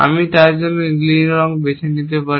আমি তার জন্য নীল বেছে নিতে পারি